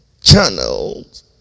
channels